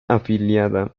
afiliada